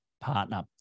partner